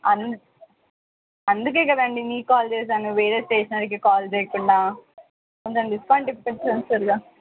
అన్ అందుకని కదండి మీకు కాల్ చేసాను వేరే స్టేషనరీకి కాల్ చేయకుండా కొంచెం డిస్కౌంట్ ఇప్పించండి కొద్దిగా